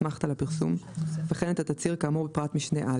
אסמכתא לפרסום וכן את התצהיר כאמור בפרט משנה (א).".